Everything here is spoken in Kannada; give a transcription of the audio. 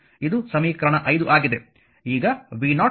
ಇದು ಸಮೀಕರಣ 5 ಆಗಿದೆ